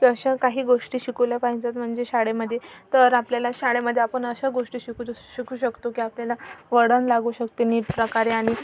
अशा काही गोष्टी शिकवल्या पाहिजेत म्हणजे शाळेमध्ये तर आपल्याला शाळेमध्ये आपण अशा गोष्टी शिकवतो शिकू शकतो की आपल्याला वळण लागू शकते नीट प्रकारे आणि